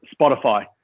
Spotify